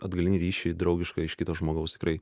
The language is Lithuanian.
atgalinį ryšį draugiškai iš kito žmogaus tikrai